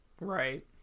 Right